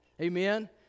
Amen